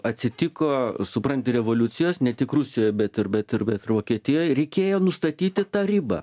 atsitiko supranti revoliucijos ne tik rusijoj bet ir bet ir bet ir vokietijoj reikėjo nustatyti tą ribą